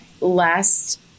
last